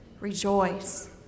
rejoice